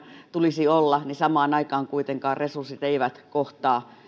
tulisi olla niin samaan aikaan kuitenkaan resurssit eivät kohtaa